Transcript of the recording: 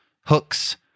hooks